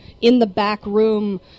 in-the-back-room